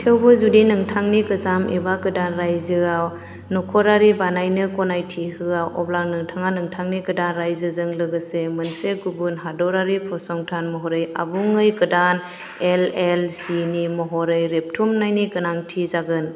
थेवबो जुदि नोंथांनि गोजाम एबा गोदान रायजोआव न'खरारि बानायनो गनायथि होआ अब्ला नोंथाङा नोंथांनि गोदान रायजोजों लोगोसे मोनसे गुबुन हादोरारि फसंथान महरै आबुङै गोदान एलएलसि नि महरै रेबथुमनायनि गोनांथि जागोन